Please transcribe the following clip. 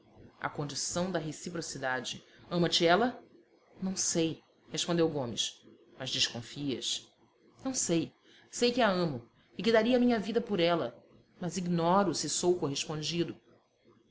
a condição da reciprocidade ama te ela não sei respondeu gomes mas desconfias não sei sei que a amo e que daria a minha vida por ela mas ignoro se sou correspondido